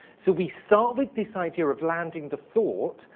so we start with this idea of landing the thought,